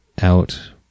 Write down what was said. out